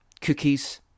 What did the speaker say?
cookies